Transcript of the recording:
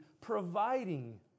providing